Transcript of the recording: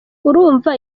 urumva